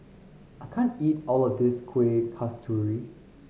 I can't eat all of this Kueh Kasturi